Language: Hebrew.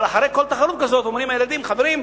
אבל אחרי כל תחרות כזאת אומרים לילדים: חברים,